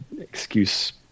excuse